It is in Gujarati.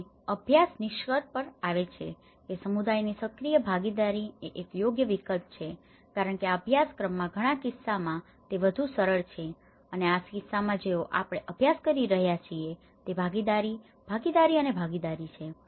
અને અભ્યાસ નિષ્કર્ષ પર આવે છે કે સમુદાયની સક્રિય ભાગીદારી એ એક યોગ્ય વિકલ્પ છે કારણ કે આ અભ્યાસક્રમમાં ઘણા કિસ્સાઓમાં તે વધુ સરળ છે અને આ કિસ્સામાં જેનો આપણે અભ્યાસ કરી રહ્યા છીએ તે ભાગીદારી ભાગીદારી અને ભાગીદારી છે